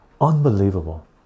unbelievable